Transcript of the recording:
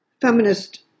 feminist